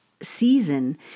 season